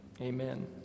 Amen